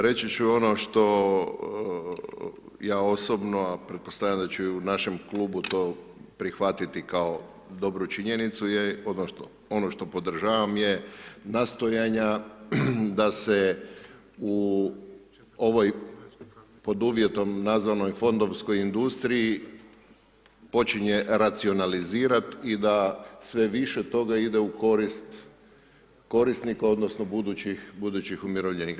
Reći ću ono što ja osobno a pretpostavljam da će i u našem klubu to prihvatiti kao dobru činjenicu je, ono što podržavam je nastojanja da se u ovoj, pod uvjetom nazvanoj fondovskoj industriji počinje racionalizirati i da sve više toga ide u korist korisnika, odnosno budućih umirovljenika.